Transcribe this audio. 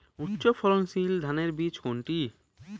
উচ্চ ফলনশীল ধানের বীজ কোনটি?